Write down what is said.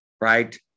right